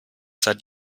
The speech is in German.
seit